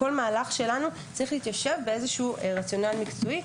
כל מהלך שלנו צריך להתיישב באיזשהו רציונל מקצועי.